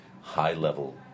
high-level